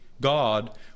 God